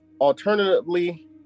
alternatively